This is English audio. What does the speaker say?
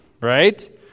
right